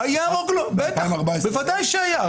בוודאי שהיה.